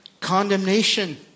condemnation